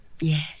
Yes